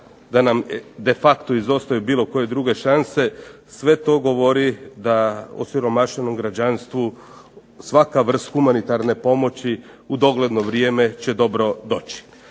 da nam de facto izostaju bilo koje druge šanse sve to govori da osiromašenom građanstvu svaka vrst humanitarne pomoći u dogledno vrijeme će dobro doći.